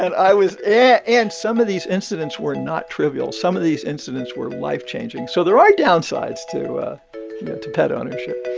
and i was yeah and some of these incidents were not trivial. some of these incidents were life-changing. so there are downsides to to pet ownership